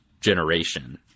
generation